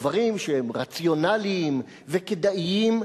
דברים שהם רציונליים וכדאיים,